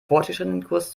fortgeschrittenenkurs